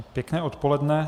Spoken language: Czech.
Pěkné odpoledne.